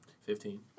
Fifteen